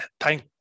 Thank